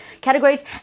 categories